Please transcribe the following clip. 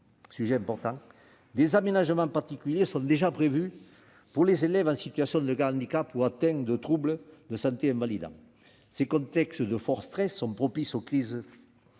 sujet important, des aménagements particuliers sont déjà prévus pour les élèves en situation de handicap ou atteints de troubles de la santé invalidants. Ces contextes de fort stress sont propices aux crises, face